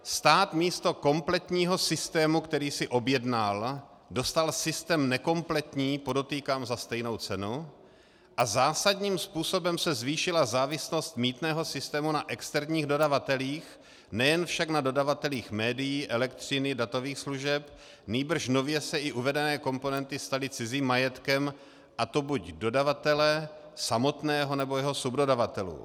Stát místo kompletního systému, který si objednal, dostal systém nekompletní, podotýkám za stejnou cenu, a zásadním způsobem se zvýšila závislost mýtného systému na externích dodavatelích, nejen však na dodavatelích médií, elektřiny, datových služeb, nýbrž nově se i uvedené komponenty staly cizím majetkem, a to buď dodavatele samotného, nebo jeho subdodavatelů.